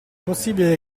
possibile